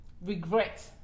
regret